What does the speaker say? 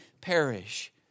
perish